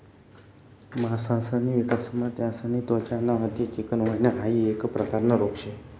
मासासनी विकासमा त्यासनी त्वचा ना अति चिकनं व्हयन हाइ एक प्रकारना रोग शे